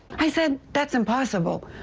i said that's impossible.